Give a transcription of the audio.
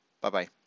Bye-bye